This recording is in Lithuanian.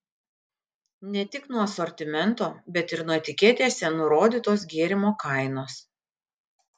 ne tik nuo asortimento bet ir nuo etiketėse nurodytos gėrimo kainos